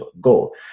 goal